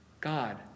God